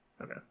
Okay